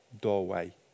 doorway